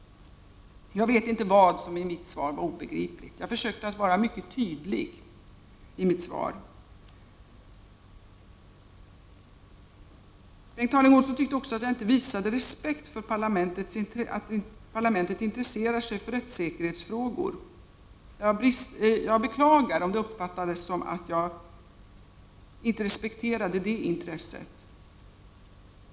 Jag vet inte vad som var obegripligt i mitt svar. Jag försökte att vara mycket tydlig i mitt svar. Bengt Harding Olson tyckte också att jag inte visade respekt för parlamentets intresse för rättssäkerhetsfrågor. Jag beklagar om det uppfattades som att jag inte respekterade det intresset.